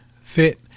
fit